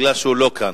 מכיוון שהוא לא כאן.